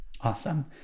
Awesome